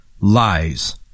lies